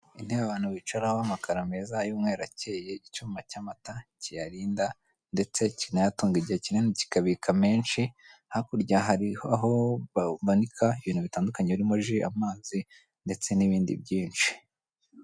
Intebe abantu bicaraho amakaro meza y'umweru akeye icyuma cy'amata kiyarinda ndetse kinayatunga igihe kinini kikabika menshi, hakurya hari aho bamanika ibintu bitandukanye birimo ji, amazi ndetse n'ibindi byinshi.